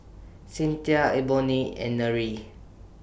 Cynthia Ebony and Nery